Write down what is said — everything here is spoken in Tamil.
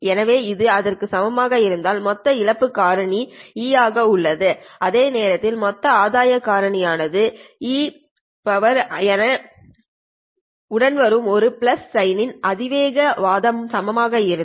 எனவே இது அதற்கு சமமாக இருந்தால் மொத்த இழப்பு காரணி e αNLa ஆக உள்ளது அதே நேரத்தில் மொத்த ஆதாய காரணி ஆனது eαNLa உடன் வரும் ஒரு பிளஸ் சைன் இன் அதிவேக வாதம் சமமாக இருக்கும்